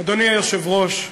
אדוני היושב-ראש,